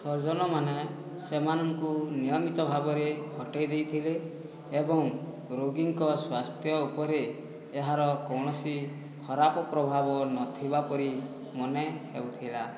surgeon ମାନେ ସେମାନଙ୍କୁ ନିୟମିତ ଭାବରେ ହଟାଇ ଦେଇଥିଲେ ଏବଂ ରୋଗୀଙ୍କ ସ୍ୱାସ୍ଥ୍ୟ ଉପରେ ଏହାର କୌଣସି ଖରାପ ପ୍ରଭାବ ନଥିବା ପରି ମନେ ହେଉଥିଲା